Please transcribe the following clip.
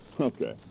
Okay